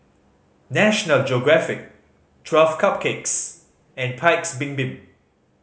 National Geographic Twelve Cupcakes and Paik's Bibim